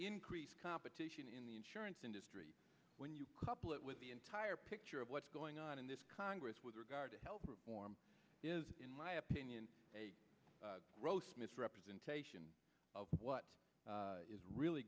increase competition in the insurance industry when you couple it with the entire picture of what's going on in this congress with regard to health reform is in my opinion a gross misrepresentation of what is really